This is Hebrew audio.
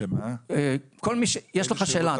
יש לך שאלה,